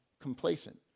complacent